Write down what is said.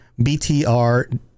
BTR